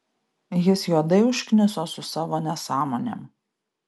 jis juodai užkniso su savo nesąmonėm